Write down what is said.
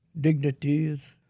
dignities